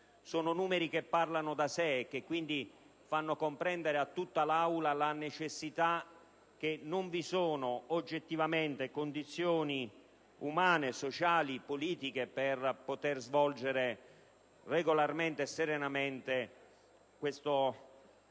Sono numeri che parlano da sé e che fanno comprendere a tutta l'Assemblea che non vi sono oggettivamente condizioni umane, sociali e politiche per poter svolgere regolarmente e serenamente questo importante